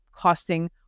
costing